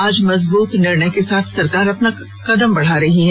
आज मजबूत निर्णय के साथ सरकार अपना कदम बढ़ा रही है